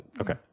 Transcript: okay